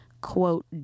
quote